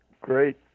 great